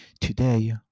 Today